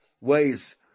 ways